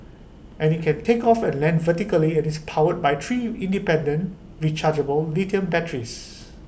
and IT can take off and land vertically and is powered by three independent rechargeable lithium batteries